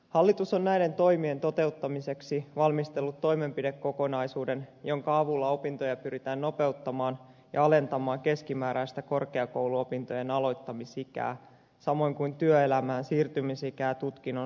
hallitus on näiden toimien toteuttamiseksi valmistellut toimenpidekokonaisuuden jonka avulla pyritään nopeuttamaan opintoja ja alentamaan keskimääräistä korkeakouluopintojen aloittamisikää samoin kuin työelämään siirtymisikää tutkinnon suorittaneena